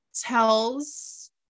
tells